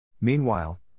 Meanwhile